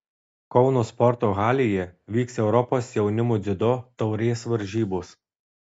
kauno sporto halėje vyks europos jaunimo dziudo taurės varžybos